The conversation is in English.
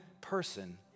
person